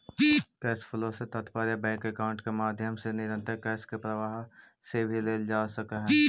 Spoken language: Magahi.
कैश फ्लो से तात्पर्य बैंक अकाउंट के माध्यम से निरंतर कैश के प्रवाह से भी लेल जा सकऽ हई